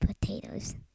potatoes